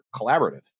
collaborative